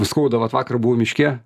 skauda vat vakar buvau miške